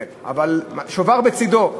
כן, אבל שובר בצדו.